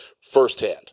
firsthand